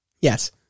Yes